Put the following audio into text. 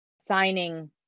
signing